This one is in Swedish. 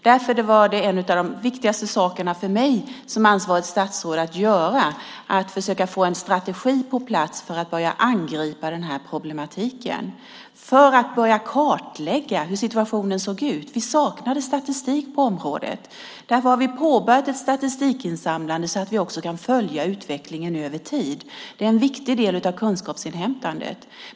Därför var en av de viktigaste sakerna för mig som ansvarigt statsråd att försöka få en strategi på plats för att angripa de här problemen och börja kartlägga hur situationen såg ut. Vi saknade statistik på området. Därför har vi påbörjat ett statistikinsamlande så att vi kan följa utvecklingen över tid. Det är en viktig del av kunskapsinhämtandet.